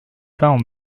peint